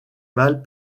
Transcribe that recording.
mâles